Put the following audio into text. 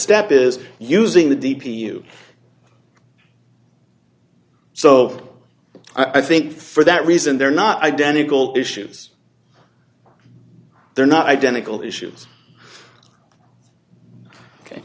step is using the d p you so i think for that reason they're not identical issues they're not identical issues ok